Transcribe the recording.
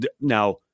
Now